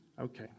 Okay